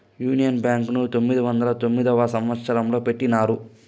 union Bank ను పంతొమ్మిది వందల పంతొమ్మిదవ సంవచ్చరంలో పెట్టినారు